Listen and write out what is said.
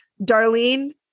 darlene